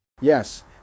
Yes